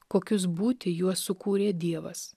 kokius būti juos sukūrė dievas